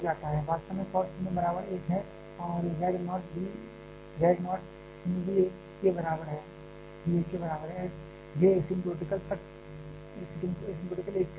वास्तव में cos 0 बराबर 1 है और z नोट 0 भी 1 के बराबर है यह एसिंपटोटिकल 1 तक जाता है